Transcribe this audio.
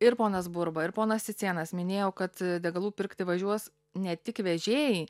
ir ponas burba ir ponas cicėnas minėjo kad degalų pirkti važiuos ne tik vežėjai